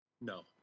No